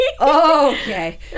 Okay